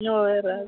new ഇയറോ